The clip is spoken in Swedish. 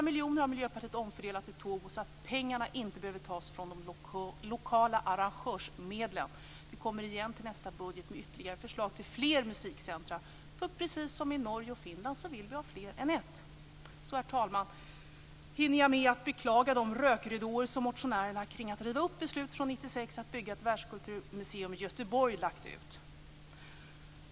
Miljöpartiet har omfördelat 4 miljoner kronor till Tobo, så att pengarna inte behöver tas från de lokala arrangörsmedlen. Vi kommer igen till nästa budget med ytterligare förslag till fler musikcentrum, för precis som det är i Norge och Finland vill vi ha fler än ett. Herr talman! Så vill jag hinna med att beklaga de rökridåer som motionärerna kring att riva upp beslutet från 1996 om att bygga ett världskulturmuseum i Göteborg har lagt ut.